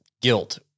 guilt